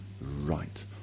right